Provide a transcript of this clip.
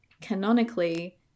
canonically